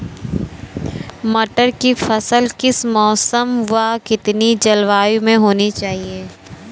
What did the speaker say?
टमाटर की फसल किस मौसम व कितनी जलवायु में होनी चाहिए?